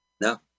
No